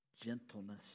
Gentleness